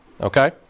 Okay